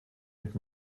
mit